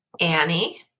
Annie